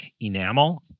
enamel